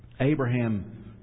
Abraham